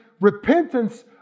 repentance